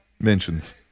mentions